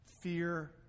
Fear